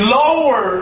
lower